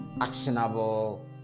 actionable